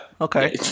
Okay